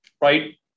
right